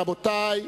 רבותי,